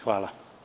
Hvala.